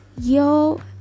yo